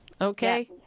Okay